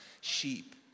sheep